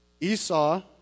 Esau